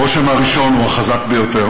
הרושם הראשון הוא החזק ביותר,